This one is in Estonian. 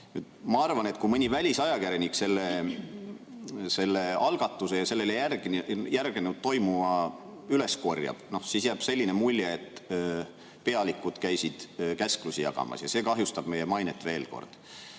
arvan, et kui mõni välisajakirjanik selle algatuse ja sellele järgnevalt toimunu üles korjab, siis jääb selline mulje, et pealikud käisid käsklusi jagamas, ja see kahjustab meie mainet veel kord.